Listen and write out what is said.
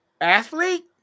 Athlete